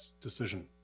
decision